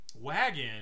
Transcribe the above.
wagon